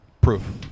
Proof